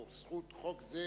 או: חוק זה,